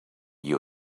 you